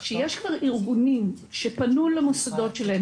שיש כאן ארגונים שפנו למוסדות שלהם,